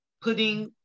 putting